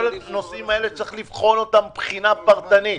צריך לבחון אותם בחינה פרטנית.